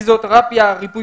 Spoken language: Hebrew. --- רופאי